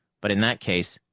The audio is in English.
but in that case,